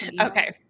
Okay